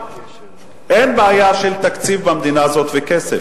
אין בעיה של תקציב במדינה הזאת וכסף,